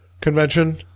convention